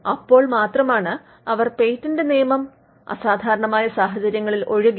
അപ്പോൾ മാത്രമാണ് അവർ പേറ്റന്റ് നിയമം അസാധാരണമായ സാഹചര്യങ്ങളിൽ ഒഴികെ